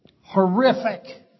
horrific